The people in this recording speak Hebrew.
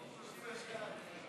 שלי יחימוביץ,